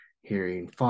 hearing